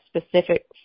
specific